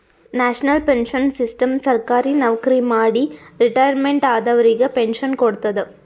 national pension system ಸರ್ಕಾರಿ ನವಕ್ರಿ ಮಾಡಿ ರಿಟೈರ್ಮೆಂಟ್ ಆದವರಿಗ್ ಪೆನ್ಶನ್ ಕೊಡ್ತದ್